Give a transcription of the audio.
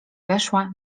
weszła